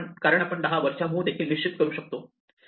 कारण आपण 10 वरच्या मुव्ह देखील निश्चित करू शकतो